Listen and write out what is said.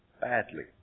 badly